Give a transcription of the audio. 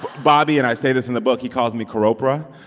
bobby and i say this in the book he calls me kar-oprah